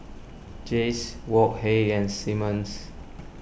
Jays Wok Hey and Simmons